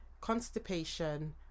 constipation